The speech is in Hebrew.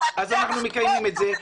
אז אנחנו מקיימים את זה,